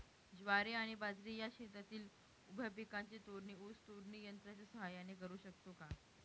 ज्वारी आणि बाजरी या शेतातील उभ्या पिकांची तोडणी ऊस तोडणी यंत्राच्या सहाय्याने करु शकतो का?